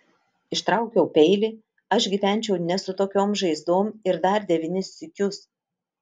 ištraukiau peilį aš gyvenčiau ne su tokiom žaizdom ir dar devynis sykius